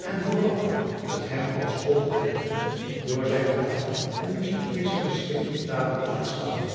en vooral het hem als alles overtreffend door zijnen taal en muzijkmeester beschreven italië te aanschouwen